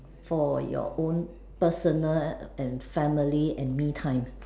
for your own personal and family and me time